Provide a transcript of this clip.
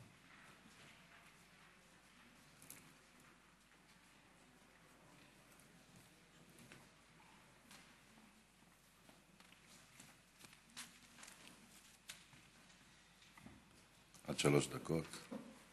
שלוש דקות.